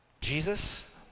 Jesus